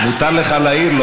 מותר לך להעיר.